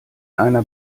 einer